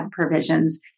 provisions